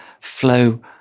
flow